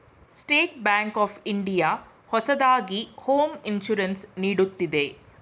state bank of India ಹೊಸದಾಗಿ home insurance ನೀಡುತ್ತಿದೆ